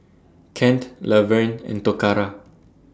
Kent Laverne and Toccara